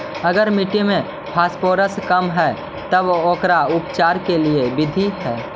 अगर मट्टी में फास्फोरस कम है त ओकर उपचार के का बिधि है?